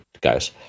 guys